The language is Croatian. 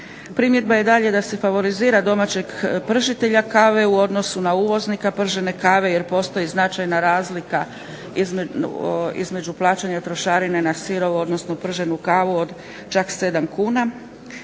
Primjedba je dalje da se favorizira domaćeg pržitelja kave u odnosu na uvoznika pržene kave jer postoji značajna razlika između plaćanja trošarine na sirovu, odnosno prženu kavu od čak 7 kuna